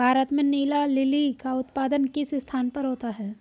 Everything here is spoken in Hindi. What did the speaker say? भारत में नीला लिली का उत्पादन किस स्थान पर होता है?